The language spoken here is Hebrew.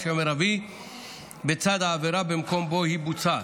המרבי בצד העבירה במקום שבו בוצעה,